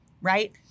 right